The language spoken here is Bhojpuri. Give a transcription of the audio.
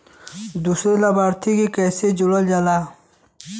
दूसरा लाभार्थी के कैसे जोड़ल जाला?